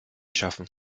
schaffen